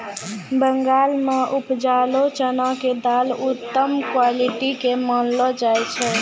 बंगाल मॅ उपजलो चना के दाल उत्तम क्वालिटी के मानलो जाय छै